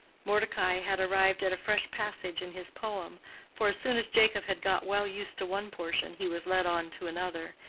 mordecai had arrived at a fresh passage in his poem for as soon as jacob had got well used to one portion, he was led on to another,